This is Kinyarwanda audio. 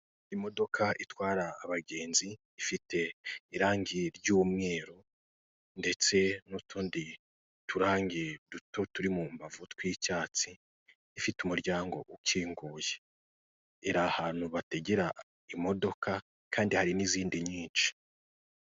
Imodoka itwara abagenzi ifite irangi ry'umweru ndetse n'utundi turangi duto turi mu mbavu tw'icyatsi, ifite umuryango ukinguye iri ahantu bategera imodoka kandi hari n'izindi nyinshi.